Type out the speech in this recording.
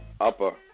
upper